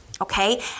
Okay